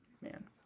man